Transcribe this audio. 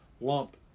lump